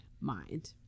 mind